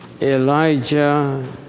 Elijah